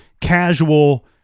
casual